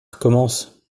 recommence